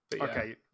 Okay